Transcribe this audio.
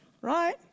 right